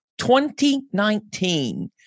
2019